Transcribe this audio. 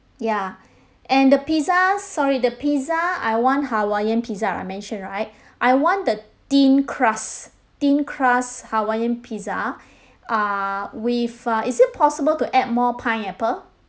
ya and the pizza sorry the pizza I want hawaiian pizza I mentioned right I want the thin crust thin crust hawaiian pizza err with uh is it possible to add more pineapple